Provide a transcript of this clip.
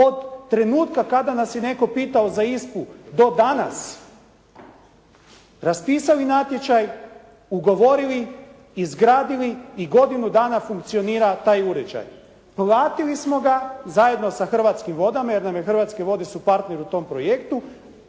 od trenutka kada nas je netko pitao za ISPA-u do danas raspisali natječaj, ugovorili, izgradili i godinu dana funkcionira taj uređaj. Platili smo ga zajedno sa Hrvatskim vodama jer nam je Hrvatske vode su partner u tom projektu